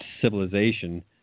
civilization